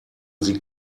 sie